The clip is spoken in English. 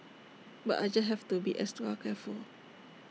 but I just have to be extra careful